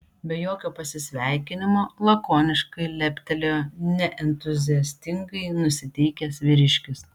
be jokio pasisveikinimo lakoniškai leptelėjo neentuziastingai nusiteikęs vyriškis